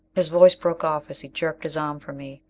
his voice broke off as he jerked his arm from me.